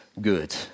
good